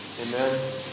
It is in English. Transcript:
Amen